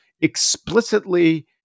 explicitly